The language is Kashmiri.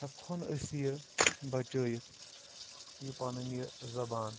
ہٮ۪کہون أسۍ یہِ بچٲیِتھ یہِ پَنٕنۍ یہِ زَبان